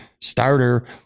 starter